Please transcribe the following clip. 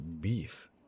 beef